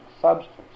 substance